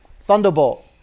Thunderbolt